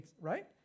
right